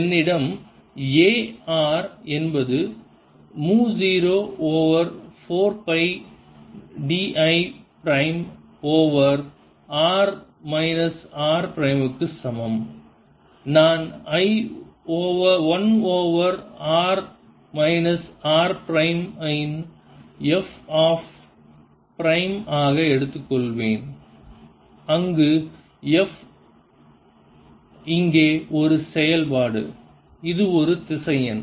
என்னிடம் A r என்பது mu 0 over 4 pi d 1 prime over r minus r prime க்கு சமம் நான் 1 over r minus r prime ஐ என் f of r பிரைம் ஆக எடுத்துக்கொள்வேன் அங்கு f இங்கே ஒரு செயல்பாடு இது ஒரு திசையன்